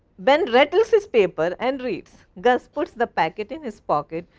ben rattles his paper and reads. gus puts the packet in his pocket,